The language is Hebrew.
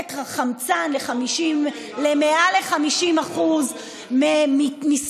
לתת חמצן למעל 50% אני רק רוצה להזכיר לך,